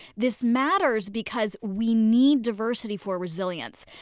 this matters because we need diversity for resilience.